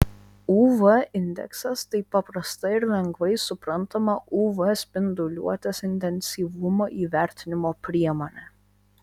uv indeksas tai paprasta ir lengvai suprantama uv spinduliuotės intensyvumo įvertinimo priemonė